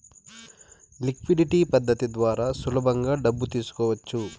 liquidity పద్ధతి ద్వారా సులభంగా డబ్బు తీసుకోవచ్చు